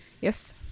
Yes